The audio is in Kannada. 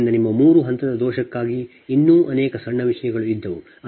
ಆದ್ದರಿಂದ ನಿಮ್ಮ ಮೂರು ಹಂತದ ದೋಷಕ್ಕಾಗಿ ಇನ್ನೂ ಅನೇಕ ಸಣ್ಣ ವಿಷಯಗಳು ಇದ್ದವು